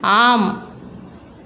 ஆம்